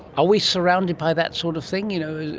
are we surrounded by that sort of thing, you know,